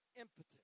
impotent